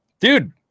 Dude